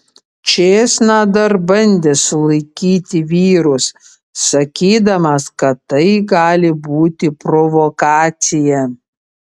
čėsna dar bandė sulaikyti vyrus sakydamas kad tai gali būti provokacija